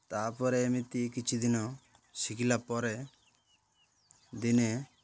ତା'ପରେ ଏମିତି କିଛି ଦିନ ଶିଖିଲା ପରେ ଦିନେ